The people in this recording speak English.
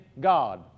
God